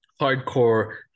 hardcore